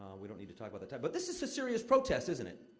we don't need to talk about that, but this is a serious protest, isn't it?